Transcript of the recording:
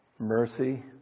mercy